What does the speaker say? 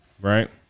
Right